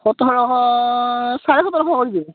সোতৰশ চাৰে সোতৰশ কৰি দিব